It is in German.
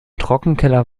trockenkeller